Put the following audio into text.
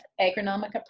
agronomic